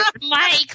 Mike